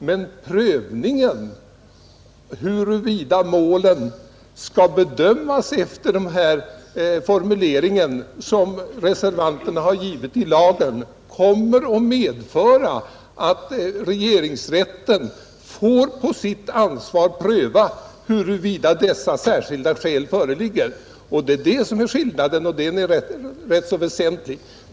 Men om målen skall bedömas efter den lagformulering som reservanterna givit kommer det att medföra att regeringsrätten får på sitt ansvar att pröva huruvida dessa särskilda skäl föreligger. Det är det som är skillnaden, och den är rätt så väsentlig.